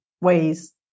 ways